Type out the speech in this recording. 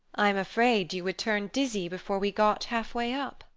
i am afraid you would turn dizzy before we got half-way up.